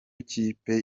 kipe